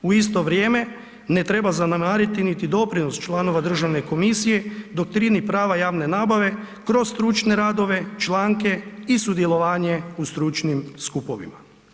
U isto vrijeme, ne treba zanemariti niti doprinos članova Državne komisije, doktrini prava javne nabave kroz stručne radove, članke i sudjelovanje u stručnim skupovima.